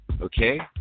Okay